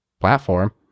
platform